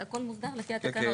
הכל מותר לפי התקנות.